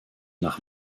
nach